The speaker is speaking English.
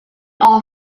all